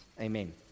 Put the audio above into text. Amen